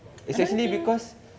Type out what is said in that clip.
I don't think